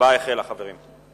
ההצבעה החלה, חברים.